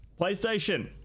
playstation